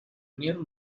nero